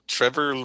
Trevor